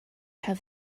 have